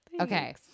Okay